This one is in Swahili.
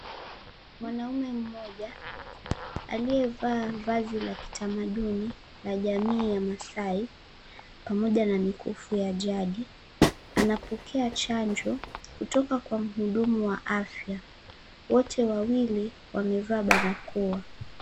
Mwanaume mmoja aliyevaa vazi la kitamaduni la jamii ya Maasai pamoja na mikufu ya jadi anapokea chanjo kutoka kwa mhudumu wa afya. Wote wawili wamevaa barakoa.